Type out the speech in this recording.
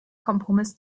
kompromiss